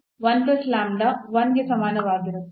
ಆದ್ದರಿಂದ ಮತ್ತು 1 ಗೆ ಸಮಾನವಾಗಿರುತ್ತದೆ